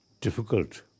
difficult